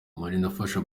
manirafasha